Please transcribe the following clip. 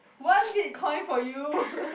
one Bitcoin for you